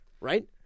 right